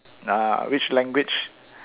nah which language